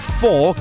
four